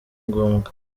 ngombwa